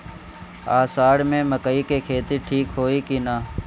अषाढ़ मे मकई के खेती ठीक होई कि ना?